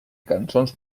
cançons